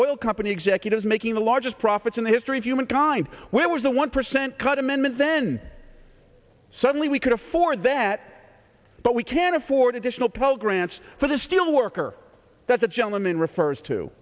oil company executives making the largest profits in the history of human kind when i was a one percent cut amendment then suddenly we could afford that but we can't afford additional pell grants for the steel worker that's a gentleman refers to